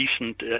recent